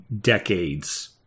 decades